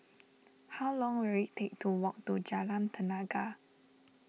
how long will it take to walk to Jalan Tenaga